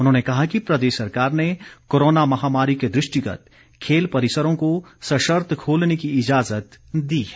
उन्होंने कहा कि प्रदेश सरकार ने कोरोना महामारी के द्रष्टिगत खेल परिसरों को सशर्त खोलने की इजाजत दी है